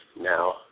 now